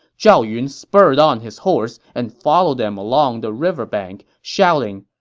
zhao yun spurred on his horse and followed them along the river bank, shouting,